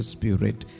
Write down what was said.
Spirit